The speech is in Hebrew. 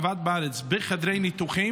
עבד בארץ בחדרי ניתוח,